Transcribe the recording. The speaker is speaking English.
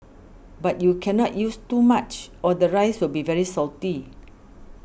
but you cannot use too much or the rice will be very salty